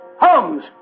Holmes